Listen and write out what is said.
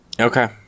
Okay